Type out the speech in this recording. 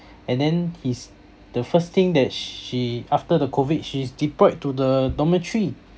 and then his the first thing that sh~ she after the COVID she's deployed to the dormitory